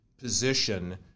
position